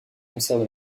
concerts